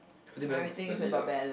healthy balance definitely lah